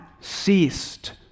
ceased